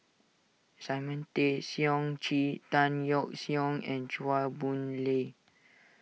Simon Tay Seong Chee Tan Yeok Seong and Chua Boon Lay